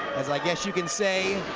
as i guess you can say,